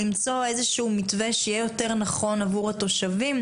למצוא איזשהו מתווה שיהיה יותר נכון עבור התושבים,